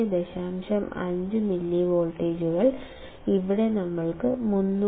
5 മില്ലിവോൾട്ടുകൾ ഇവിടെ ഞങ്ങൾക്ക് 300